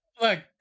Look